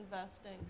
investing